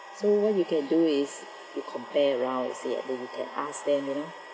so what you can do is you compare around and see you can ask them you know